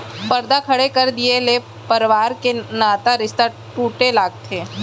परदा खड़ा कर दिये ले परवार के नता रिस्ता टूटे लगथे